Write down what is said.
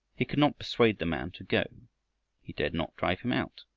he could not persuade the man to go he dared not drive him out.